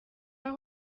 aho